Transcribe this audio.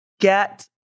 get